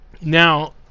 now